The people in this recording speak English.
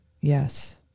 yes